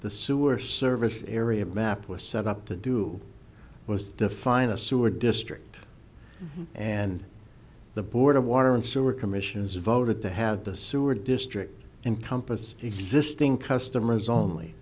the sewer service area map was set up to do was the finest sewer district and the board of water and sewer commissions voted to have the sewer district encompasses existing customers only